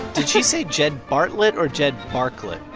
did she say jed bartlet or jed barklet?